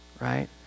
right